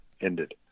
ended